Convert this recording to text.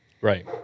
Right